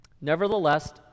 Nevertheless